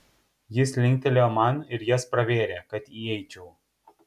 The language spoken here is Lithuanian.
jis linktelėjo man ir jas pravėrė kad įeičiau